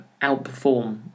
outperform